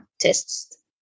tests